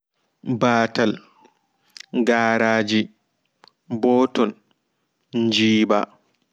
Baatal gaaraaji ɓooton njiɓa